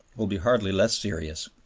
will be hardly less serious.